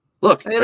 Look